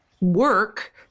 work